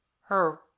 Her